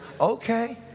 okay